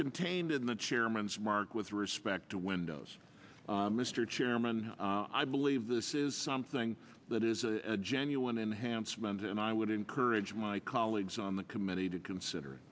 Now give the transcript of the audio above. contained in the chairman's mark with respect to windows mr chairman i believe this is something that is a genuine enhancement and i would encourage my colleagues on the committee to consider